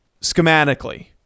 schematically